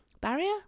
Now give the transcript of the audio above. barrier